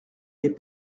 n’est